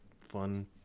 fun